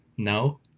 No